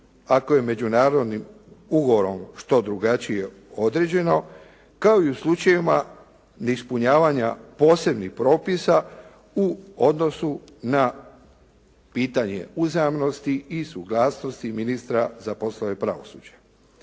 ako je međunarodnim ugovorom što drugačije određeno kao i u slučajevima neispunjavanja posebnih propisa u odnosu na pitanje uzajamnosti i suglasnosti ministra za poslove pravosuđa.